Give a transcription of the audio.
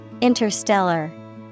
Interstellar